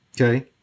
okay